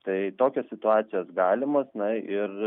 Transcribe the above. tai tokios situacijos galimos na ir